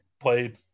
played